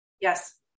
yes